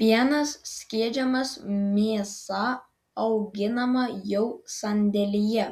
pienas skiedžiamas mėsa auginama jau sandėlyje